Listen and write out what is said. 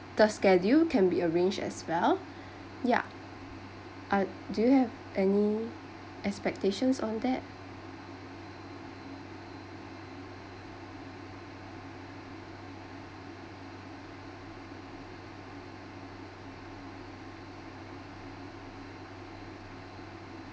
the schedule can be arranged as well yeah uh do you have any expectations on that